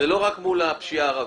זה לא רק מול הפשיעה הערבית.